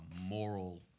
moral